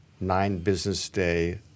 nine-business-day